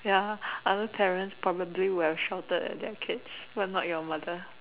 ya other parents probably would have shouted at their kids but not your mother